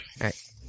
right